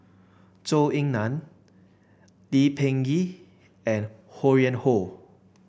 Zhou Ying Nan Lee Peh Gee and Ho Yuen Hoe